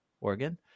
Oregon